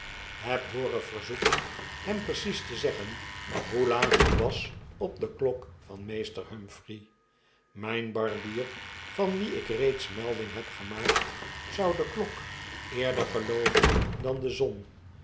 heb hooren verzoeken hem precies te zeggen hoe laat het was op de klok van meester humphrey myn barbier van wien ik reeds melding heb gemaakt zou de klok eerder gelooven dan de zon